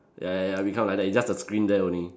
ya ya ya become like that it's just a screen there only